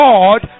God